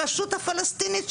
הרשות הפלסטינית,